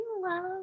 love